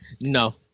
No